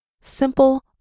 Simple